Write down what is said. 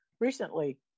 recently